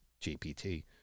GPT